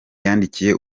yandikiye